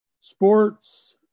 sports